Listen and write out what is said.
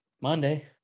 Monday